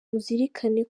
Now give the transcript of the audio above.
muzirikane